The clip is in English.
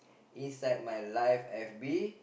inside my live F_B